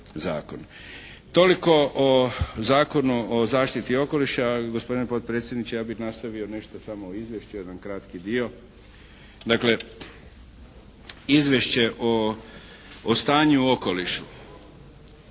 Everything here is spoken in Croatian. zakon. Toliko o Zakonu o zaštiti okoliša. Gospodine potpredsjedniče ja bih nastavio nešto samo o izvješću, jedan kratki dio. Dakle izvješće o stanju u okolišu.